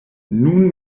nun